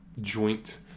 joint